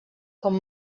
com